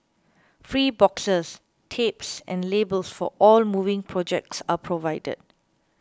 free boxes tapes and labels for all moving projects are provided